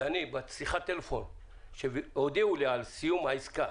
ואני בשיחת טלפון, כשהודיעו לי על סיום העסקה,